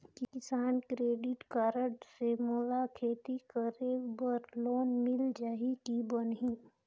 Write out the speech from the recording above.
किसान credit card से मोला खेती करे बर लोन मिल जाहि की बनही??